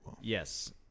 Yes